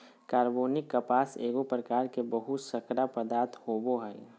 कार्बनिक कपास एगो प्रकार के बहुशर्करा पदार्थ होबो हइ